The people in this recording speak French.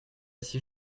ici